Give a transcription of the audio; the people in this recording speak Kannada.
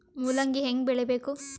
ಮೂಲಂಗಿ ಹ್ಯಾಂಗ ಬೆಳಿಬೇಕು?